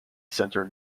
center